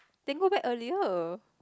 then go back earlier